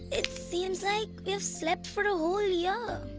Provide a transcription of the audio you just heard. it seems like we've slept for a whole year!